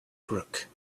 crook